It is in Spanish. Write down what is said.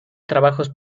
trabajos